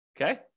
Okay